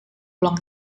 ulang